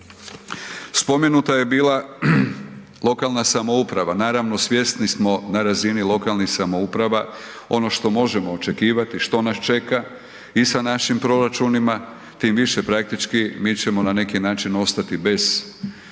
Spomenuta je bila lokalna samouprava, naravno svjesni smo na razini lokalnih samouprava ono što možemo očekivati, što nas čeka i sa našim proračunima, tim više praktički, mi ćemo na neki način ostati bez prihoda